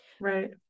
Right